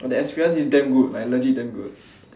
!wah! the experience is like damn good like legit good